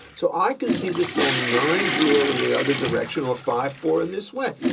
so i can see this going nine zero in the other direction, or five four in this way.